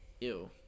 Ew